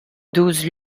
douze